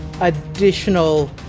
additional